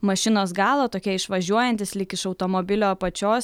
mašinos galo tokie išvažiuojantys lyg iš automobilio apačios